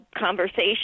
conversation